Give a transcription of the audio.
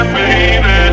baby